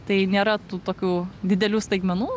tai nėra tų tokių didelių staigmenų